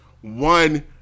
one